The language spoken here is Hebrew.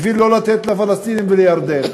בשביל לא לתת לפלסטינים ולירדן.